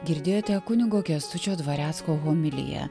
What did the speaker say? girdėjote kunigo kęstučio dvarecko homiliją